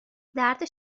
درد